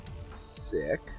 Sick